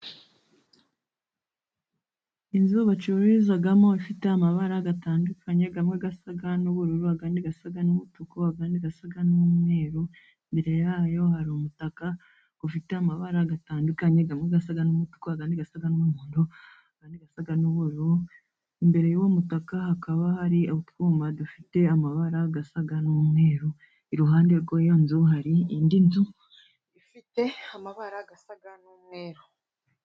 Inzu bacururizamo ifite amabara atandukanye, amwe asa n'ubururu, andi asa n'umutuku ayandi asa n'umweru, imbere yayo hari umutaka ufite amabara atandukanye amwe asa n'umutuku, andi asa n'umuhondo, andi asa n'ubururu. Imbere y'uwo mutaka hakaba hari utwuma dufite amabara asa n'umweru, iruhande rw'iyo nzu hari indi nzu ifite amabara asa n'umweru.